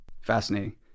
Fascinating